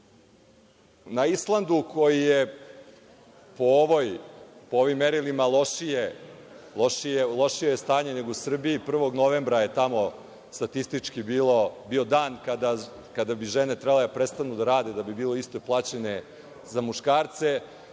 Islandu, gde je po ovim merilima lošije stanje nego u Srbiji, 1. novembra je tamo statistički bio dan kada bi žene trebalo da prestanu da rade da bi bile isto plaćene kao muškarci,